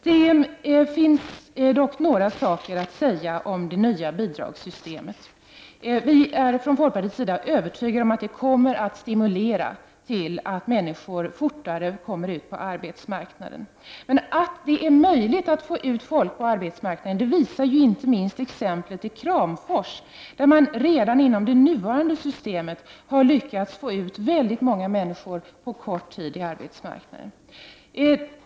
Det vinns dock några saker att säga om det nya bidragssystemet. Vi i folkpartiet är övertygade om att det kommer att stimulera till att människor fortare kommer ut på arbetsmarknaden. Att det är möjligt att få ut folk på arbetsmarknaden visar inte minst exemplet i Kramfors. Redan inom det nuva rande systemet har man ju där lyckats att på kort tid få ut många människor på arbetsmarknaden.